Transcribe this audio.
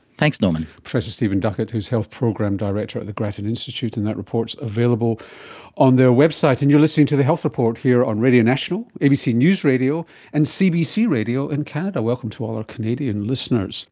thanks norman. professor stephen duckett, who is health program director at the grattan institute, and that report is available on their website. and you're listening to the health report here on radio national, abc news radio and cbc radio in canada, welcome to all our canadian listeners